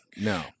no